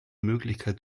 möglichkeit